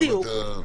נכון.